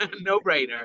no-brainer